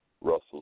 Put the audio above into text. Russell